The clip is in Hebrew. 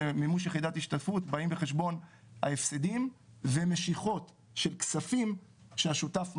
במימוש יחידת השתתפות באים בחשבון ההפסדים ומשיכות של כספים שהשותף משך,